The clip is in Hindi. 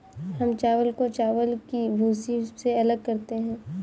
हम चावल को चावल की भूसी से अलग करते हैं